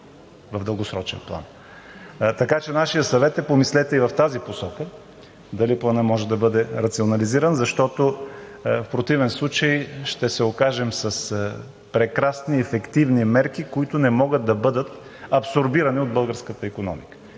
в дългосрочен план. Така че нашият съвет е: помислете и в тази посока дали Планът може да бъде рационализиран, защото в противен случай ще се окажем с прекрасни ефективни мерки, които не могат да бъдат абсорбирани от българската икономика.